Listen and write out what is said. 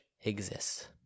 exists